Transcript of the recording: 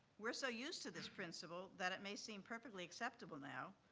we're so used to this principle that it may seem perfectly acceptable now.